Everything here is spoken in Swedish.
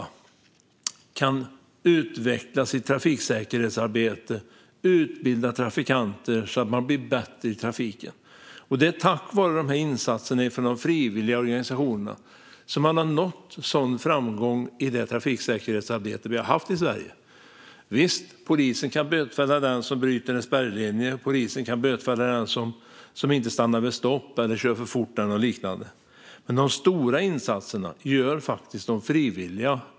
De kan utveckla sitt trafiksäkerhetsarbete och utbilda trafikanter så att de blir bättre i trafiken. Det är tack vare insatserna från frivilligorganisationerna som man har nått sådan framgång i trafiksäkerhetsarbetet i Sverige. Visst kan polisen bötfälla den som bryter en spärrlinje, och polisen kan bötfälla den som inte stannar vid stopp eller kör för fort. Men de stora insatserna gör faktiskt de frivilliga.